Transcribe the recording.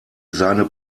seine